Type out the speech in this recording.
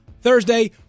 Thursday